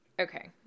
Okay